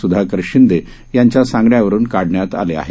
सुधाकर शिंदे यांच्या सांगण्यावरुन काढण्यात आले आहेत